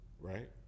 Right